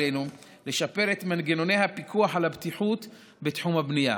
עלינו לשפר את מנגנוני הפיקוח על הבטיחות בתחום הבנייה.